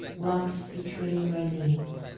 locked between my knees.